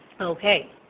Okay